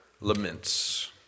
laments